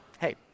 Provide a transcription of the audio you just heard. hey